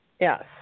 Yes